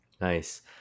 Nice